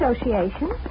Association